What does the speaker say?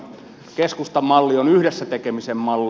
keskustan malli on yhdessä tekemisen malli